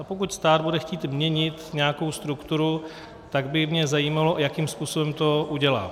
A pokud stát bude chtít měnit nějakou strukturu, tak by mě zajímalo, jakým způsobem to udělá.